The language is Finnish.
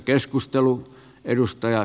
arvoisa puhemies